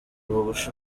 bugufi